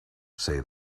say